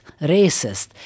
racist